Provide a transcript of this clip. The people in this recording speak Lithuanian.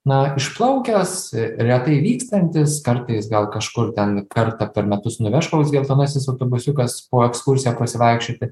na išplaukęs retai vykstantis kartais gal kažkur ten kartą per metus nuveš koks geltonasis autobusiukas po ekskursiją pasivaikščioti